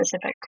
specific